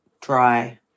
dry